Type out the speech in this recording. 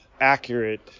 accurate